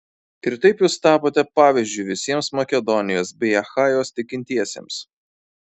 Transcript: ir taip jūs tapote pavyzdžiu visiems makedonijos bei achajos tikintiesiems